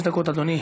חמש דקות, אדוני.